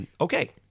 Okay